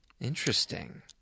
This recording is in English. Interesting